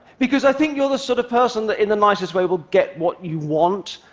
because i think you're the sort of person that in the nicest way will get what you want.